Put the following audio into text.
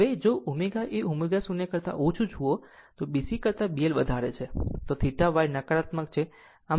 હવે જો ω એ ω0 કરતા ઓછું જુઓ જે B C કરતા B L વધારે છે તો θ Y નકારાત્મક છે